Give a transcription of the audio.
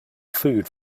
food